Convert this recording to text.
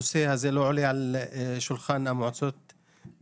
הנושא הזה לא עולה על שולחן המועצות והעיריות,